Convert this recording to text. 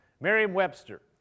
Merriam-Webster